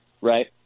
right